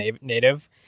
native